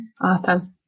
Awesome